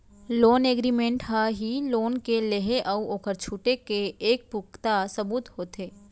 loan agreement ह ही loan के लेहे अउ ओखर छुटे के एक पुखता सबूत होथे